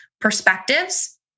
perspectives